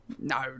no